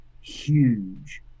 huge